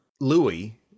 Louis